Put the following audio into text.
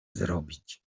zrobić